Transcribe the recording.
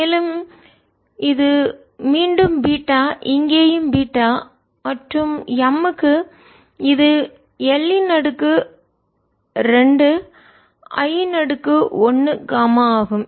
மேலும் இது மீண்டும் பீட்டா இங்கேயும் பீட்டா மற்றும் M க்கு இது L 2 I 1 γ ஆகும்